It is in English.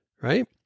right